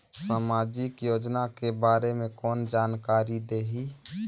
समाजिक योजना के बारे मे कोन जानकारी देही?